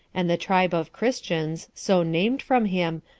and the tribe of christians, so named from him,